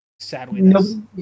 sadly